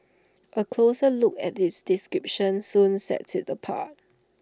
A closer look at its description soon sets IT apart